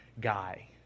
guy